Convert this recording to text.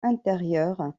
intérieur